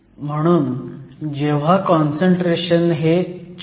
म्हणून जेव्हा काँसंट्रेशन हे 4